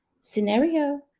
scenario